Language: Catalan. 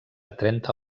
trenta